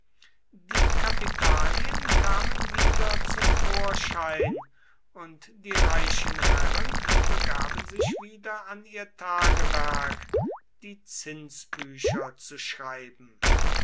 die kapitalien kamen wieder zum vorschein und die reichen herren begaben sich wieder an ihr tagewerk die zinsbücher zu schreiben